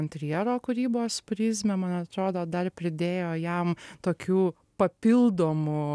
interjero kūrybos prizmę man atrodo dar pridėjo jam tokių papildomų